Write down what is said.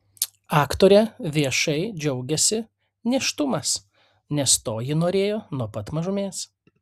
aktorė viešai džiaugiasi nėštumas nes to ji norėjo nuo pat mažumės